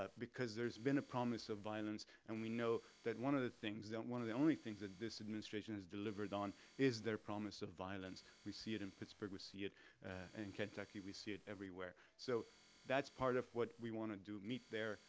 ah because there's been a promise of violence and we know that one of the things that, one of the only things, that this administration has delivered on, is their promise of violence. we see it in pittsburgh, we see it and kentucky, we see it everywhere, so that's part of what we want to do, meet there,